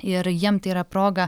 ir jiem tai yra proga